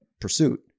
pursuit